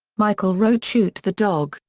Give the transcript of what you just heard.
michael wrote shoot the dog,